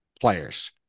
players